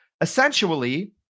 Essentially